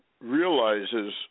realizes